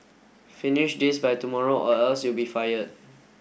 finish this by tomorrow or else you'll be fired